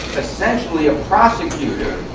essentially a prosecutor,